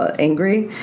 ah angry.